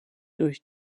durch